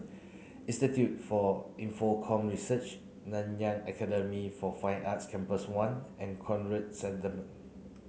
Institute for Infocomm Research Nanyang Academy for Fine Arts Campus one and Conrad